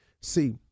See